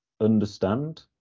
understand